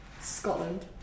Scotland